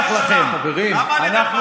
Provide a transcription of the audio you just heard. אתם לא סופרים את החיילים.